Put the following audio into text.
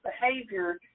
behavior